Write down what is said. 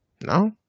No